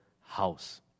house